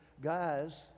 guys